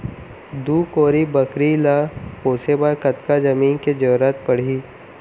दू कोरी बकरी ला पोसे बर कतका जमीन के जरूरत पढही?